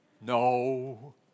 No